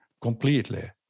completely